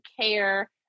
care